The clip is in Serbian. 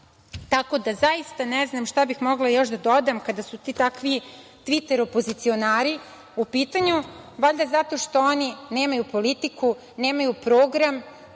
radi. Tako da, zaista ne znam šta bih mogla još da dodam kada su ti takvi tviter opozicionari u pitanju. Valjda zato što oni nemaju politiku, nemaju program,